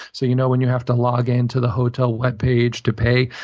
so you know when you have to log into the hotel webpage to pay?